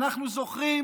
אנחנו זוכרים